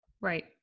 Right